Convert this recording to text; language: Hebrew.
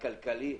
הכלכלי,